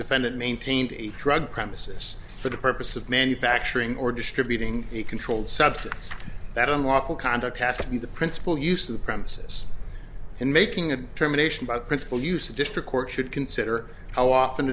defendant maintained a drug premises for the purpose of manufacturing or distributing a controlled substance that unlawful conduct has to be the principal use of the premises in making a determination about principal use a district court should consider how often